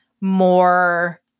more